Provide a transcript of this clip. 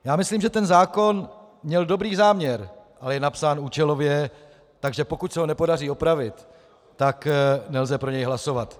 Já myslím, že zákon měl dobrý záměr, ale je napsán účelově, takže pokud se ho nepodaří opravit, tak nelze pro něj hlasovat.